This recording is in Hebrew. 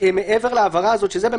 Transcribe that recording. אנחנו חוששים שיהיו הסדרים אחרים,